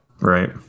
Right